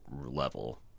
level